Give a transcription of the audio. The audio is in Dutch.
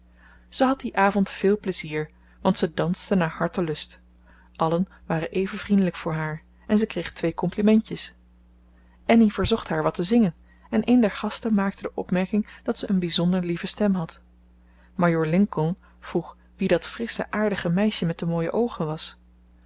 ze had dien avond veel plezier want ze danste naar hartelust allen waren even vriendelijk voor haar en ze kreeg twee complimentjes annie verzocht haar wat te zingen en een der gasten maakte de opmerking dat ze een bijzonder lieve stem had majoor lincoln vroeg wie dat frissche aardige meisje met de mooie oogen was